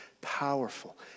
powerful